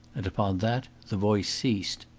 and upon that the voice ceased.